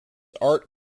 art